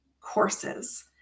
courses